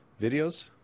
videos